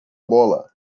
bola